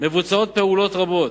מבוצעות פעולות רבות,